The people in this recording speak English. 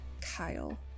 Kyle